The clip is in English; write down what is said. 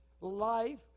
life